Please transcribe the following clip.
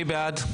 מי בעד?